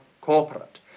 corporate